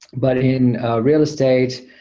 but in a real estate,